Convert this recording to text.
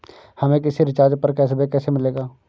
हमें किसी रिचार्ज पर कैशबैक कैसे मिलेगा?